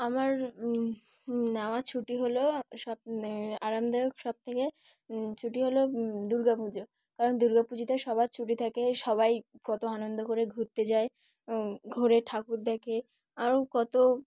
আমার নেওয়া ছুটি হলো সব আরামদায়ক সব ছুটি হলো দুর্গাাপুজো কারণ দুর্গাাপুজোতে সবার ছুটি থাকে সবাই কত আনন্দ করে ঘুরতে যায় ঘরে ঠাকুর দেখে আরও কত